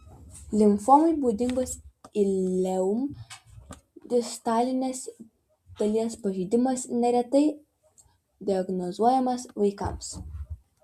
limfomai būdingas ileum distalinės dalies pažeidimas neretai diagnozuojamas vaikams